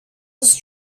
was